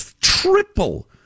Triple